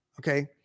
okay